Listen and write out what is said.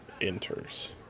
enters